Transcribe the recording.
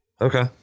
Okay